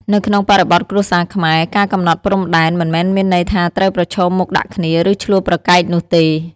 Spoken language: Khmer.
នៅក្នុងបរិបទគ្រួសារខ្មែរ ការកំណត់ព្រំដែន មិនមែនមានន័យថាត្រូវប្រឈមមុខដាក់គ្នា ឬឈ្លោះប្រកែកនោះទេ។